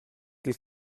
dil